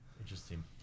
interesting